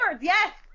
yes